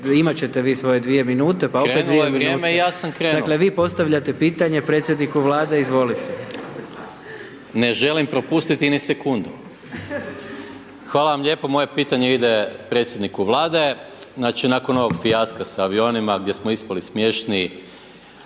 imat ćete vi svoje 2 minute …/Upadica: Krenulo je vrijeme i ja sam krenuo./… dakle, vi postavljate pitanje predsjedniku Vlade, izvolite. **Maras, Gordan (SDP)** Ne želim propustiti ni sekundu. Hvala vam lijepo, moje pitanje ide predsjedniku Vlade, znači nakon ovog fijaska s avionima gdje smo ispali smiješni